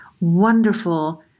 wonderful